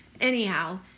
Anyhow